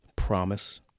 Promise